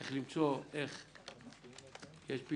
צריך למצוא איך יהיו פיקוח,